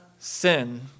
Sin